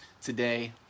today